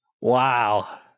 wow